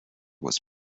was